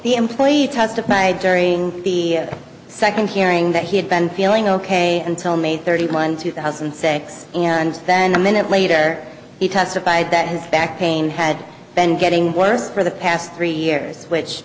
the employee testified during the second hearing that he had been feeling ok until may thirty one two thousand and six and then a minute later he testified that his back pain had been getting worse for the past three years which